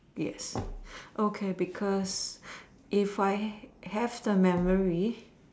yes okay because if I have the memory